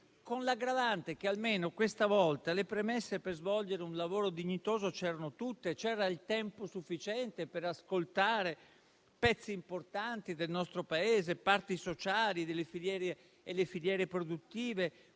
con l'aggravante che almeno questa volta le premesse per svolgere un lavoro dignitoso c'erano tutte e c'era il tempo sufficiente per ascoltare pezzi importanti del nostro Paese, le parti sociali delle filiere produttive,